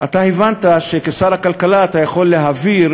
אתה הבנת שכשר הכלכלה אתה יכול להעביר